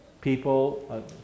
people